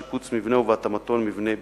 שיפוץ מבנהו והתאמתו למבנה בית-ספר.